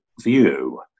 view